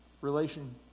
relation